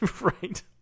right